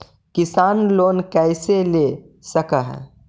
किसान लोन कैसे ले सक है?